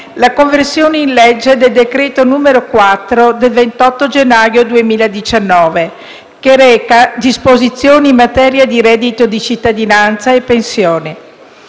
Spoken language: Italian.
la conversione in legge del decreto-legge n. 4 del 28 gennaio 2019, che reca disposizioni in materia di reddito di cittadinanza e pensioni.